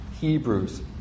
Hebrews